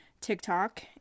TikTok